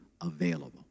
available